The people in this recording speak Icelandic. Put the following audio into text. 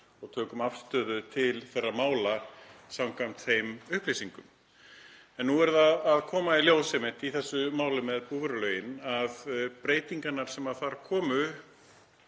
og tökum afstöðu til þeirra mála samkvæmt þeim upplýsingum. En nú er það að koma í ljós einmitt í þessu máli með búvörulögin að breytingarnar sem þar komu